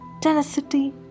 Tenacity